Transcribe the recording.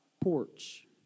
porch